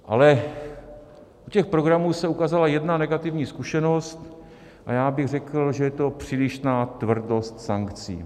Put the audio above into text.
Ale u těch programů se ukázala jedna negativní zkušenost a já bych řekl, že je to přílišná tvrdost sankcí.